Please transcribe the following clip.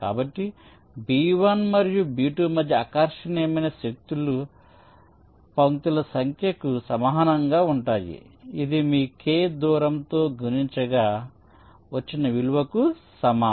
కాబట్టి B1 మరియు B2 మధ్య ఆకర్షణీయమైన శక్తులు పంక్తుల సంఖ్యకు సమానంగా ఉంటాయి ఇది మీ k దూరం తో గుణించినా విలువకు సమానం